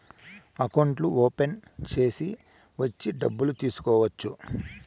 అకౌంట్లు ఓపెన్ చేసి వచ్చి డబ్బులు తీసుకోవచ్చు